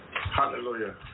Hallelujah